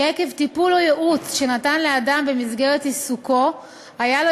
שעקב טיפול או ייעוץ שנתן לאדם במסגרת עיסוקו היה לו